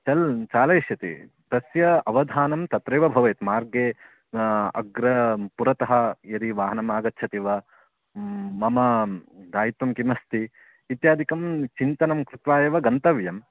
चल् चालयिष्यति तस्य अवधानं तत्रैव भवेत् मार्गे अग्रे पुरतः यदि वाहनमागच्छति वा मम दायित्वं किमस्ति इत्यादिकं चिन्तनं कृत्वा एव गन्तव्यं